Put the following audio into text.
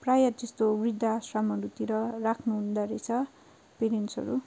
प्रायः त्यस्तो वृद्धाश्रमहरूतिर राख्नु हुँदो रहेछ पेरेन्ट्सहरू